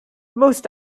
most